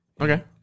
Okay